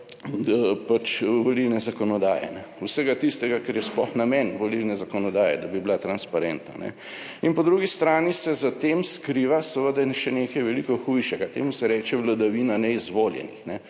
volilne zakonodaje, vsega tistega kar je sploh namen volilne zakonodaje, da bi bila transparentna. In po drugi strani se za tem skriva seveda še nekaj veliko hujšega. Temu se reče vladavina neizvoljenih.